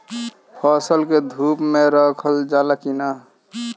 फसल के धुप मे रखल जाला कि न?